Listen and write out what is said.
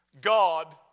God